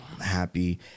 happy